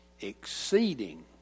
exceeding